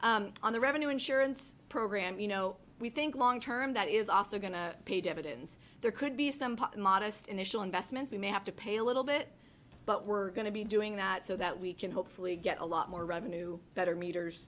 on the revenue insurance program you know we think long term that is also going to pay dividends there could be some pop modest initial investments we may have to pay a little bit but we're going to be doing that so that we can hopefully get a lot more revenue better meters